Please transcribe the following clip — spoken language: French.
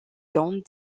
gants